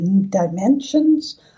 dimensions